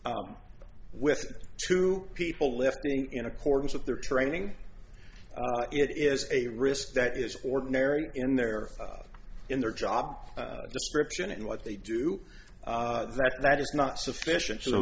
with two people left in accordance with their training it is a risk that is ordinary in their in their job description and what they do that that is not sufficient you know